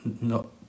no